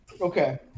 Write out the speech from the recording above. Okay